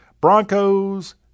Broncos